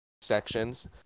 sections